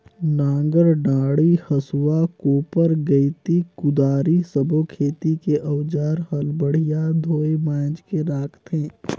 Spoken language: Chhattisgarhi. नांगर डांडी, हसुआ, कोप्पर गइती, कुदारी सब्बो खेती के अउजार हल बड़िया धोये मांजके राखथे